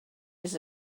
his